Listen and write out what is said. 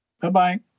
Bye-bye